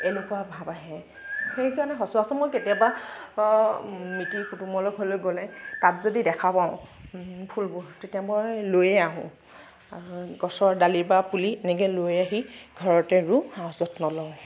এনেকুৱা ভাব আহে সেইকাৰণে সচৰাচৰ কেতিয়াবা মিতিৰ কুটুমৰ ঘৰলৈ গ'লে তাত যদি দেখা পাওঁ ফুলবোৰ তেতিয়া মই লৈয়ে আহোঁ গছৰ দালি বা পুলি এনেকৈ লৈ আহি ঘৰতে ৰুওঁ আৰু যত্ন লওঁ